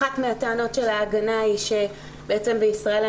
אחת מהטענות של ההגנה היא שבעצם בישראל אין